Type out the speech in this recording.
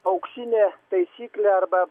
auksinė taisyklė arba